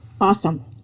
Awesome